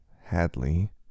hadley